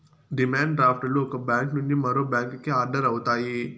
demand draft లు ఒక bank నుండి మరో బ్యాంకుకి ఆర్డర్ అవుతాయి